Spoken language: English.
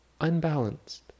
unbalanced